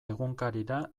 egunkarira